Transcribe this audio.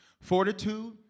Fortitude